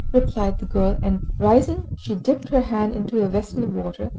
replied the girl, and rising she dipped her hand into a vessel of water.